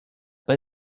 bei